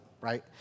right